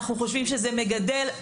אנחנו חושבים שזה מגדל,